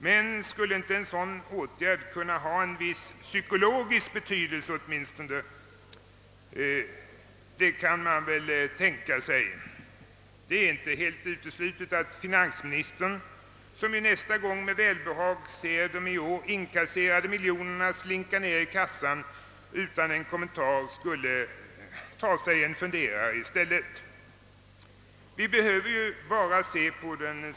Men skulle ändå inte en sådan åtgärd kunna ha åtminstone en viss psykologisk betydelse? Det är väl inte helt uteslutet att finansministern, som i år med välbehag och utan en kommentar ser de inkasserade miljonerna slinka ned i kassan, nästa gång skulle ta sig en funderare innan han framlägger ett nytt förslag till skattehöjning.